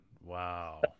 Wow